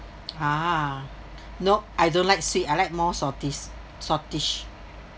ah nope I don't like sweet I like more saltish saltish